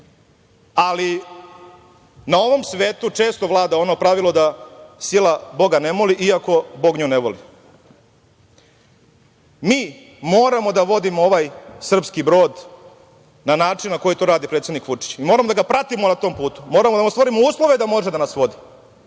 Ali, na ovom svetu često vlada ono pravilo da sila boga ne moli, iako bog nju ne voli. Mi moramo da vodimo ovaj srpski brod na način na koji to radi predsednik Vučić. I moramo da ga pratimo na tom putu. Moramo da mu stvorimo uslove da može da nas vodi.